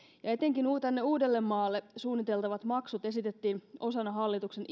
ja etenkin tänne uudellemaalle suunniteltavat maksut esitettiin osana hallituksen